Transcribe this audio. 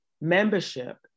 membership